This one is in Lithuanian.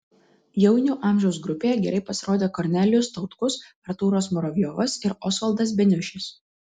jaunių amžiaus grupėje gerai pasirodė kornelijus tautkus artūras muravjovas ir osvaldas beniušis